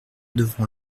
devant